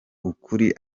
ukuri